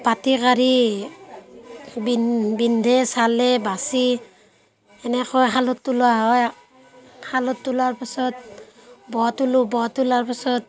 বাটি কাঢ়ি বিন বিন্ধে চালে বাচি এনেকৈ শালত তোলা হয় শালত তোলাৰ পাছত ব তোলো ব তোলাৰ পাছত